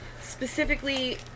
specifically